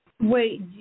Wait